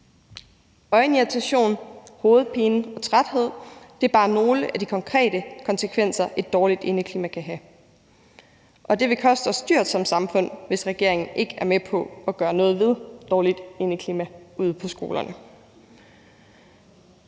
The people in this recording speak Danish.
Øjenirritation, hovedpine og træthed er bare nogle af de konkrete konsekvenser, som et dårligt indeklima kan have. Det vil koste os dyrt som samfund, hvis regeringen ikke er med på at gøre noget ved dårligt indeklima ude på skolerne.